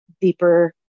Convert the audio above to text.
deeper